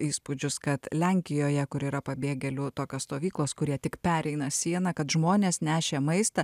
įspūdžius kad lenkijoje kur yra pabėgėlių tokios stovyklos kurie tik pereina sieną kad žmonės nešė maistą